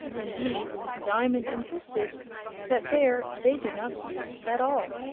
indeed, diamond insisted that there they do not speak at all.